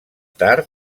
tard